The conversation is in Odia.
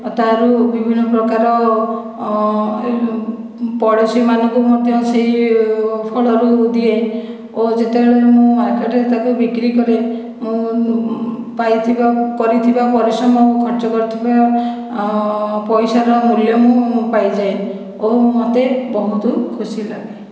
ଆଉ ତା'ରୁ ବିଭିନ୍ନ ପ୍ରକାର ପଡ଼ୋଶୀମାନଙ୍କୁ ମଧ୍ୟ ସେହି ଫଳରୁ ଦିଏ ଓ ଯେତେବେଳେ ମୁଁ ମାର୍କେଟରେ ତାକୁ ବିକ୍ରି କରେ ମୁଁ ପାଇଥିବା କରିଥିବା ପରିଶ୍ରମ ଖର୍ଚ୍ଚ କରିଥିବା ପଇସାର ମୂଲ୍ୟ ମୁଁ ପାଇଯାଏ ଓ ମୋତେ ବହୁତ ଖୁସି ଲାଗେ